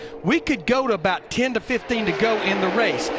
we can go to about ten to fifteen to go in the race.